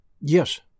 Yes